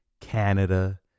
Canada